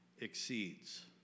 exceeds